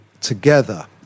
together